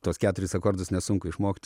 tuos keturis akordus nesunku išmokt